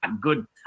good